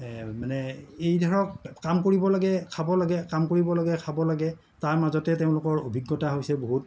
মানে এই ধৰক কাম কৰিব লাগে খাব লাগে কাম কৰিব লাগে খাব লাগে তাৰমাজতে তেওঁলোকৰ অভিজ্ঞতা হৈছে বহুত